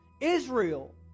Israel